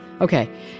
okay